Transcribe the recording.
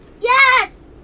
Yes